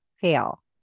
fail